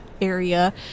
area